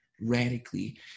radically